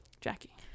Jackie